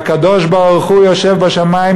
והקדוש-ברוך-הוא יושב בשמים.